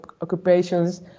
occupations